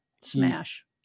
smash